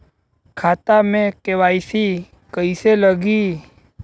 खाता में के.वाइ.सी कइसे लगी?